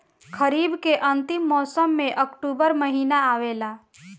खरीफ़ के अंतिम मौसम में अक्टूबर महीना आवेला?